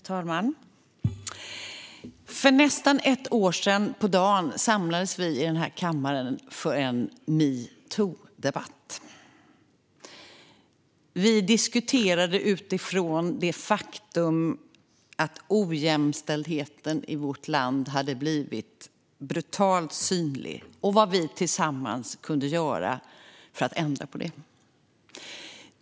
Fru talman! För nästan ett år sedan på dagen samlades vi i denna kammare för en metoo-debatt. Vi diskuterade utifrån det faktum att ojämställdheten i vårt land hade blivit brutalt synlig och vad vi tillsammans kunde göra för att ändra på det.